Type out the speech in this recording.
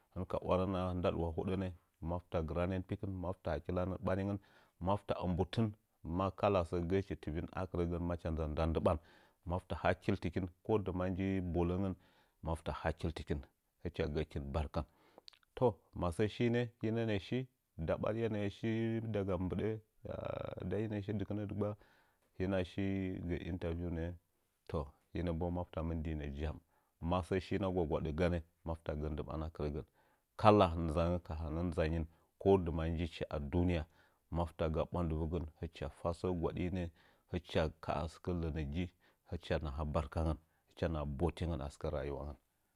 Hɨn ka waran nda dɨwa hoɗənə mafta gɨranən pikɨn, mafta gɨranən baringən mafta lmbətən ma kala səə gə'əchi hicin akirəgən macha nza nza nda ndɨban malta hankil hɨkin ko dɨma nji boləngən mafta hankilnkɨm hɨcha gə'əkin ndɨban to ma səə shinə hinə nə'ə shi nda bariye nə'ə shi daga mbɨdə nda nə'əshi dɨkɨnə dɨgba hinəshi gə interview nə'ə toh hinəbo malta mɨndinə jam masəshinə gwagwadə ganə matta gə'ə ndɨban kala nzangə ka hanə nzanyin kodɨma njichi asɨkə duniya mafta gə'ə a bwandaɨvə gən hɨcha fa səə gwadinə hɨcha ka'a a sɨkə lənəgi hɨcha naha barkan hɨcha naha barka ngən ganə asɨkə rayiwangən